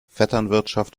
vetternwirtschaft